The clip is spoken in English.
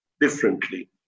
differently